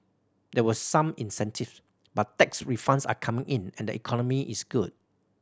there were some incentive but tax refunds are coming in and the economy is good